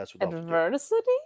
Adversity